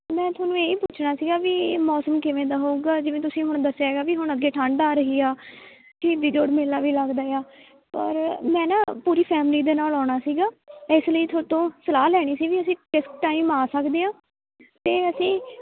ਮੈਂ ਤੁਹਾਨੂੰ ਇਹ ਪੁੱਛਣਾ ਸੀਗਾ ਵੀ ਮੌਸਮ ਕਿਵੇਂ ਦਾ ਹੋਵੇਗਾ ਜਿਵੇਂ ਤੁਸੀਂ ਹੁਣ ਦੱਸਿਆ ਹੈਗਾ ਵੀ ਹੁਣ ਅੱਗੇ ਠੰਡ ਆ ਰਹੀ ਆ ਸ਼ਹੀਦੀ ਜੋੜ ਮੇਲਾ ਵੀ ਲੱਗਦਾ ਆ ਪਰ ਮੈਂ ਨਾ ਪੂਰੀ ਫੈਮਿਲੀ ਦੇ ਨਾਲ ਆਉਣਾ ਸੀਗਾ ਇਸ ਲਈ ਤੁਹਾਡੇ ਤੋਂ ਸਲਾਹ ਲੈਣੀ ਸੀ ਵੀ ਅਸੀਂ ਕਿਸ ਟਾਈਮ ਆ ਸਕਦੇ ਹਾਂ ਅਤੇ ਅਸੀਂ